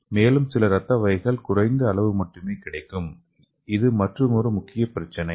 மேலும் சில இரத்தக் வகைகள் குறைந்த அளவு மட்டுமே கிடைக்கும் இது மற்றொரு முக்கிய பிரச்சினை